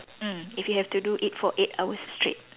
mm if you have to do it for eight hour straight